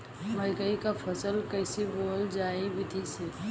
मकई क फसल कईसे बोवल जाई विधि से?